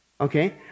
Okay